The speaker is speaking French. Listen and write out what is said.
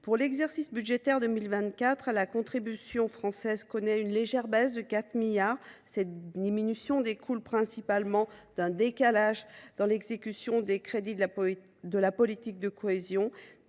Pour l’exercice budgétaire 2024, la contribution française connaît une légère baisse, de 4 milliards d’euros. Cette diminution découle principalement d’un décalage dans l’exécution des crédits de la politique de cohésion,